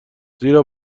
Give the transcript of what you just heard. زیرا